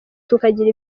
tukagira